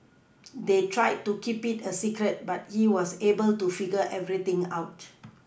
they tried to keep it a secret but he was able to figure everything out